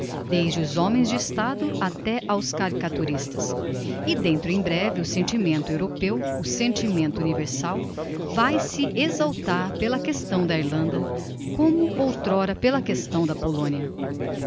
desde os homens de estado até aos caricaturistas e dentro em breve o sentimento europeu o sentimento universal vae-se exaltar pela questão da irlanda como outr'ora pela questão da polonia